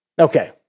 Okay